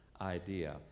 idea